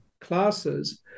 classes